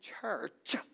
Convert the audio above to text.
church